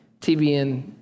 TBN